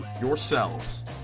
yourselves